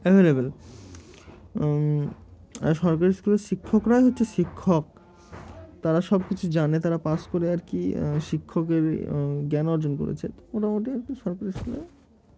available um আর সরকারি স্কুলের শিক্ষকরাই হচ্ছে শিক্ষক তারা সবকিছু জানে তারা পাস করে আর কি শিক্ষকের জ্ঞান অর্জন করেছে মোটামুটি একু সরকারি স্কুলে